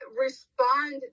respond